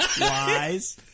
Wise